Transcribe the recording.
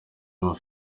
zirimo